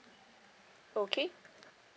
okay